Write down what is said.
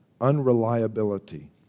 unreliability